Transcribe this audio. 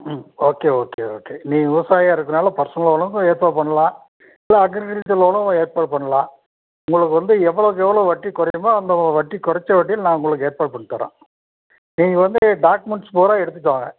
ம் okay okay okay நீங்கள் விவசாயியா இருக்கிறதுனால பர்சனல் லோன் வந்து ஏற்பாடு பண்ணலாம் இல்லை அக்ரிகல்ச்சர் லோனும் ஏற்பாடு பண்ணலாம் உங்களுக்கு வந்து எவ்வளவுக்கு எவ்வளோ வட்டி குறையுமோ அந்த வட்டி குறைச்ச வட்டி நான் உங்களுக்கு ஏற்பாடு பண்ணித்தர்றேன் நீங்கள் வந்து டாக்குமென்ட்ஸ் பூராம் எடுத்துகிட்டு வாங்க